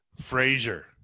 frazier